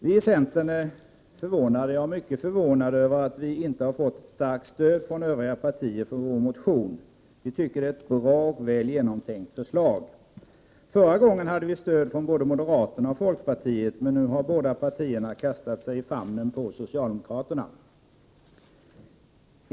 Vi i centern är mycket förvånade över att vi inte fått ett starkt stöd från övriga partier för vår motion. Vi tycker att det är ett bra och väl genomtänkt förslag. Förra gången hade vi stöd från både moderaterna och folkpartiet, men nu har de båda partierna kastat sig i famnen på socialdemokraterna.